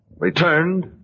returned